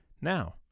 Now